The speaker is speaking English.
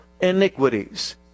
iniquities